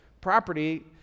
property